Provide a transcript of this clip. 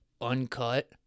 uncut